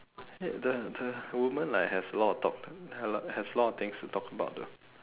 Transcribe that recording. the the woman like has a lot of topic has a lot of things to talk about though